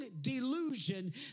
delusion